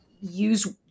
use